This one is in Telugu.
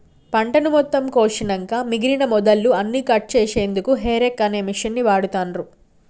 పంటను మొత్తం కోషినంక మిగినన మొదళ్ళు అన్నికట్ చేశెన్దుకు హేరేక్ అనే మిషిన్ని వాడుతాన్రు